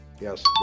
Yes